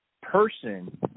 Person